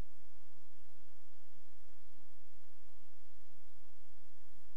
אלפי שקלים למתמחים בפריפריה במקצועות המצוקה.